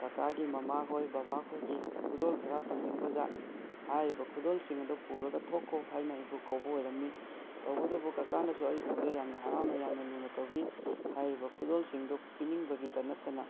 ꯀꯀꯥꯒꯤ ꯃꯥꯃꯥꯈꯣꯏ ꯕꯥꯕꯥꯈꯣꯏꯒꯤ ꯈꯨꯗꯣꯜ ꯈꯔ ꯇꯝꯅꯤꯡꯕꯖꯥꯠꯅꯤ ꯍꯥꯏꯔꯤꯕ ꯈꯨꯗꯣꯜꯁꯤꯡ ꯑꯗꯨ ꯄꯨꯔꯒ ꯊꯣꯛꯈꯣ ꯍꯥꯏꯅ ꯑꯩꯕꯨ ꯀꯧꯕ ꯑꯣꯏꯔꯝꯃꯤ ꯇꯧꯕꯇꯕꯨ ꯀꯀꯥꯅꯁꯨ ꯑꯩ ꯎꯕꯗ ꯌꯥꯝꯅ ꯍꯔꯥꯎꯅ ꯌꯥꯝꯅ ꯂꯨꯅ ꯇꯧꯕꯤ ꯍꯥꯏꯔꯤꯕ ꯈꯨꯗꯣꯜꯁꯤꯡꯗꯣ ꯄꯤꯅꯤꯡꯕꯒꯤꯇ ꯅꯠꯇꯅ